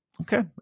okay